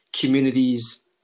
communities